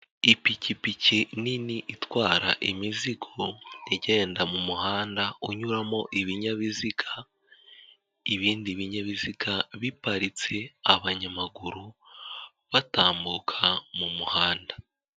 Ipikipiki nini itwara imizigo igenda mu muhanda unyuramo ibinyabiziga, ibindi binyabiziga biparitse abanyamaguru batambuka mu muhanda.